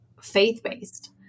faith-based